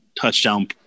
touchdown